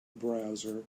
browser